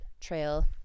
trail